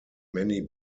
many